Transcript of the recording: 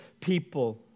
people